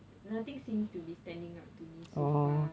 nothing seem to be standing out to me so far